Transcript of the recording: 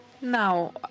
Now